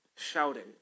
shouting